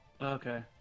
Okay